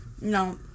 No